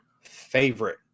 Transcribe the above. favorite